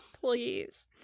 please